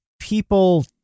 people